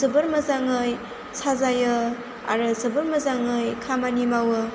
जोबोर मोजाङै साजायो आरो जोबोर मोजाङै खामानि मावो